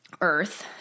earth